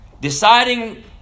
Deciding